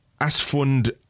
Asfund